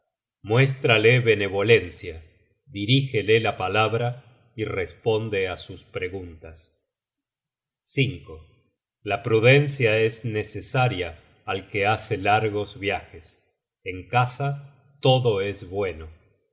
muéstrale benevolencia dirígele la palabra y responde á sus preguntas la prudencia es necesaria al que hace largos viajes en casa todo es bueno